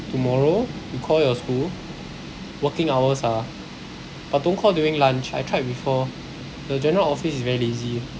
tomorrow you call your school working hours ah but don't call during lunch I tried before the general office is very lazy